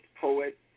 poet